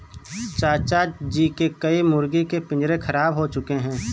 चाचा जी के कई मुर्गी के पिंजरे खराब हो चुके हैं